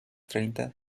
treinta